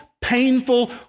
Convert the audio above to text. painful